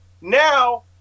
Now